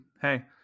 hey